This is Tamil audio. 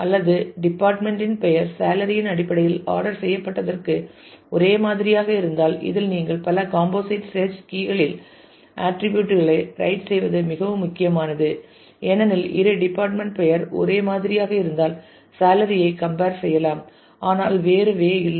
அல்லது டிபார்ட்மெண்ட் இன் பெயர் சேலரி இன் அடிப்படையில் ஆடர் செய்யப்பட்டதற்கு ஒரே மாதிரியாக இருந்தால் இதில் நீங்கள் பல காம்போசிட் சேர்ச் கீ களில் ஆட்டிரிபியூட் களை ரைட் செய்வது மிகவும் முக்கியமானது ஏனெனில் இரு டிபார்ட்மெண்ட் பெயர் ஒரே மாதிரியாக இருந்தால் சேலரி ஐ கம்பேர் செய்யலாம் ஆனால் வேறு வே இல்லை